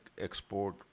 export